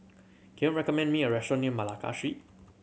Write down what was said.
can you recommend me a restaurant near Malacca Street